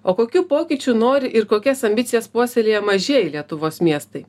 o kokių pokyčių nori ir kokias ambicijas puoselėja mažieji lietuvos miestai